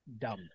dumb